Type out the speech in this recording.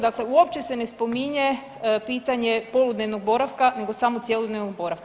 Dakle, uopće se ne spominje pitanje poludnevnog boravka, nego samo cjelodnevnog boravka.